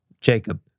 Jacob